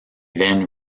then